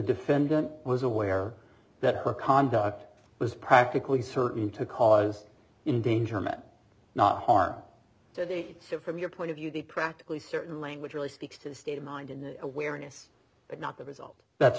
defendant was aware that her conduct was practically certain to cause in danger meant not harm to do so from your point of view the practically certain language really speaks to the state of mind in the awareness but not the result that's